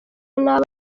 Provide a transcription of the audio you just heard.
naba